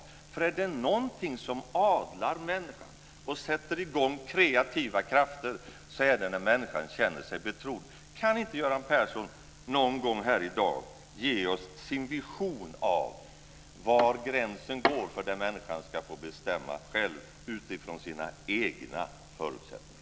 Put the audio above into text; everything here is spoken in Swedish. Är det någonting som adlar människan och sätter i gång kreativa krafter, är det när människan känner sig betrodd. Kan inte Göran Persson någon gång här i dag ge oss sin vision av var gränsen går för det som människan ska få bestämma själv utifrån sina egna förutsättningar?